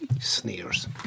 Sneers